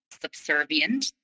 subservient